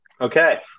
Okay